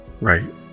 right